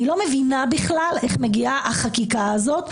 אני לא מבינה בכלל איך מגיעה החקיקה הזאת,